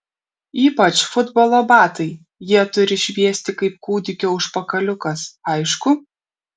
ypač futbolo batai jie turi šviesti kaip kūdikio užpakaliukas aišku